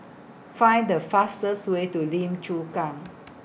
Find The fastest Way to Lim Chu Kang